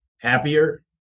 happier